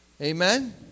Amen